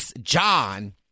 John